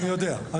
אני יודע.